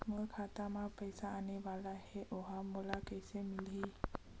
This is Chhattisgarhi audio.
मोर खाता म पईसा आने वाला हे ओहा मोला कइसे मिलही?